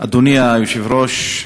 אדוני היושב-ראש,